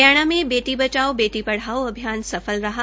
हरियाणा में बेटी बचाओ बेटी पढ़ाओ अभियान सफल रहा